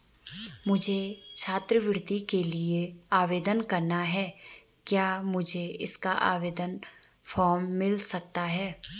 मुझे छात्रवृत्ति के लिए आवेदन करना है क्या मुझे इसका आवेदन फॉर्म मिल सकता है?